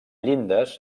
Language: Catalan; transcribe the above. llindes